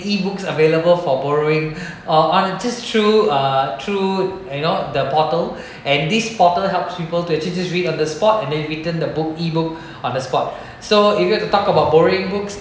E books available for borrowing or unnoticed through uh through you know the portal and these portal helps people to to just read on the spot and return the book E book on the spot so if you were to talk about borrowing books